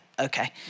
Okay